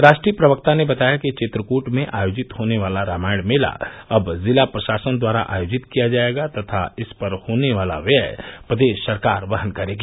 राष्ट्रीय प्रवक्ता ने बताया कि चित्रकूट में आयोजित होने वाला रामायण मेला अब जिला प्रशासन द्वारा आयोजित किया जायेगा तथा इस पर होने वाला व्यय प्रदेश सरकार वहने करेगी